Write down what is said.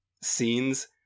scenes